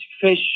fish